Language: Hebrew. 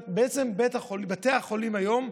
בעצם בתי החולים היום,